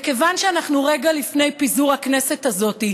וכיוון שאנחנו רגע לפני פיזור הכנסת הזאת,